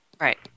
Right